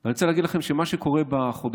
אני רוצה להגיד לכם שמה שקורה בחודשים